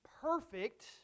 perfect